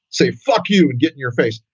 say, fuck, you would get in your face.